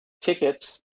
tickets